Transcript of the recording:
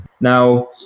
now